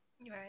Right